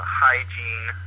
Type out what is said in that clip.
hygiene